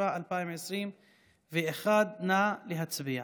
התשפ"א 2021. נא להצביע.